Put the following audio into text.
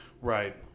Right